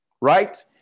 right